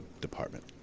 Department